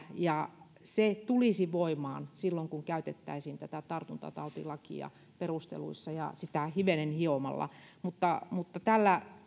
ja se tulisi voimaan silloin kun käytettäisiin tartuntatautilakia perusteluissa ja sitä hivenen hiomalla mutta mutta